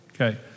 okay